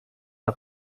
der